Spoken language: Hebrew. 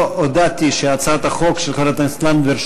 לא הודעתי שהצעת החוק של חברת הכנסת לנדבר,